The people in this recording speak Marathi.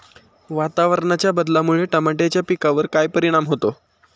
वातावरणाच्या बदलामुळे टमाट्याच्या पिकावर काय परिणाम होतो?